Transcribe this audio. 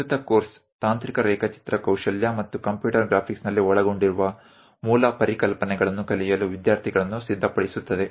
ಪ್ರಸ್ತುತ ಕೋರ್ಸ್ ತಾಂತ್ರಿಕ ರೇಖಾಚಿತ್ರ ಕೌಶಲ್ಯ ಮತ್ತು ಕಂಪ್ಯೂಟರ್ ಗ್ರಾಫಿಕ್ಸ್ನಲ್ಲಿ ಒಳಗೊಂಡಿರುವ ಮೂಲ ಪರಿಕಲ್ಪನೆಗಳನ್ನು ಕಲಿಯಲು ವಿದ್ಯಾರ್ಥಿಗಳನ್ನು ಸಿದ್ಧಪಡಿಸುತ್ತದೆ